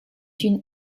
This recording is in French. une